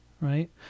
right